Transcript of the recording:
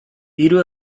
hiru